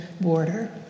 border